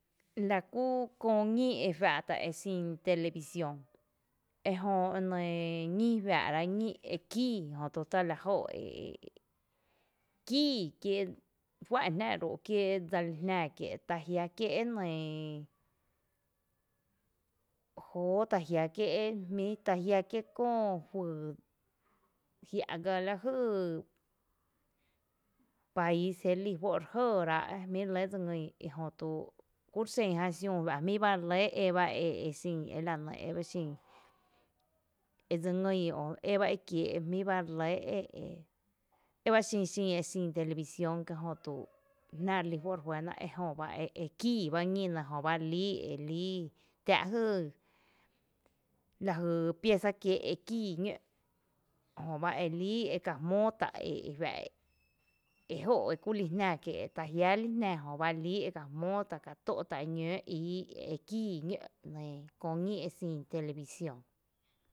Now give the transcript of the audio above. La kú köö ñí e juⱥ’ ta’ exin televisión e jö e nɇɇ ñí juⱥⱥ’ rá ñí e kíi jötu tala jó’ ee kíi kie juá’n jná ro’ kie dseli jná kie’ ta jia’ kie’ e nɇɇ jóoó ta jia’ kié’ jmý ta jia’ kié’ köö jy jia’ gá la jy país jé re lí juó’ re jɇɇ rá’ jmí’ re lé dse ngin i jötuu kúro’ xen jan xiüü eja’ jmí’ ba re lé e e xin e la ne ebaxin edse ngín o eba ekiee’ jmíba re lé e e eba xin xin e xin televisión kie jötu jná relí juó’ re juená ejöba e e kíi bá ñí Jö elí elí tⱥⱥ’ lajy, lajy pieza kiee’ e kíi ñǿ’ jöba elíí eka jmóo tá’ e e jua’ e ejóo’ e kuli jná kie’ jiá lí jná jöba líi eka jmóo tá’ kató’ tá’ e ñǿǿ ii e kíi ñǿ’ nɇɇ köö ñí exin televisión.